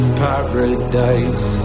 paradise